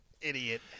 idiot